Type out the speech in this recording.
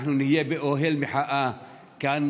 אנחנו נהיה באוהל מחאה כאן,